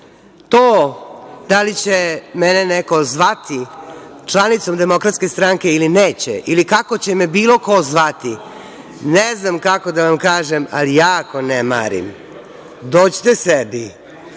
DS.To da li će mene neko zvati članicom DS ili neće ili kako će me bilo ko zvati, ne znam kako da vam kažem, ali jako ne marim. Dođite sebi,